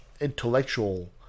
intellectual